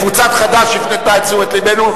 קבוצת חד"ש הפנתה את תשומת לבנו,